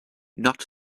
not